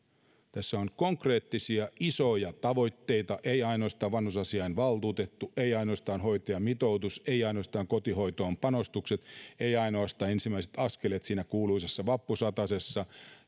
tässä on konkreettisia isoja tavoitteita ei ainoastaan vanhusasiainvaltuutettu ei ainoastaan hoitajamitoitus ei ainoastaan kotihoitoon panostukset ei ainoastaan ensimmäiset askeleet siinä kuuluisassa vappusatasessa